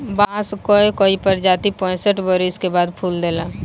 बांस कअ कई प्रजाति पैंसठ बरिस के बाद फूल देला